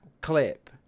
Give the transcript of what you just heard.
clip